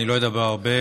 אני לא אדבר הרבה.